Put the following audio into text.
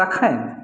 तखन